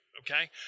Okay